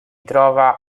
trova